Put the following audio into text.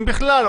אם בכלל?